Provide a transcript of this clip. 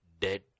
dead